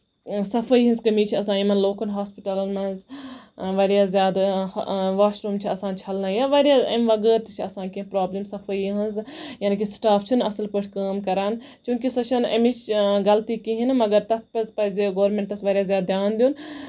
صفٲٮٔی ہنز کٔمی چھےٚ آسان یِمن لوکَل ہوسپِٹلَن منٛز واریاہ زیادٕ واشروٗم چھِ آسان چھَلٕنۍ یا واریاہ اَمہِ وَغٲر تہِ چھےٚ آسان کیٚنہہ پرابلِمٕز صفٲٮٔی ہنز یعنے کہِ سٹاف چھُنہٕ اَصٕل پٲٹھۍ کٲم کران چوٗنکہِ سۄ چھنہٕ اَمِچ غلطی کِہیٖنۍ نہٕ مَگر تَتھ پٮ۪ٹھ پَزِ گورمینٹَس واریاہ زیادٕ دِیان دیُن